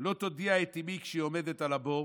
לא תודיע את אימי כשהיא עומדת על הבור